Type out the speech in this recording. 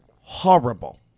horrible